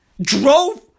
drove